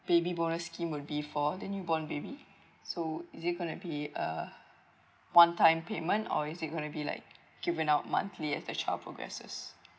baby bonus scheme will be for the new born baby so is it going to be uh one time payment or is it going to be like given out monthly as the child progresses